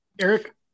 Eric